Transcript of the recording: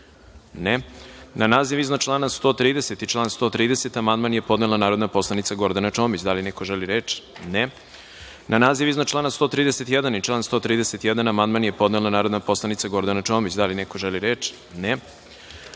(Ne.)Na naziv iznad člana 130. i član 130. amandman je podnela narodna poslanica Gordana Čomić. Da li neko želi reč? (Ne.)Na naziv iznad člana 131. i član 131. amandman je podnela narodna poslanica Gordana Čomić. Da li neko želi reč?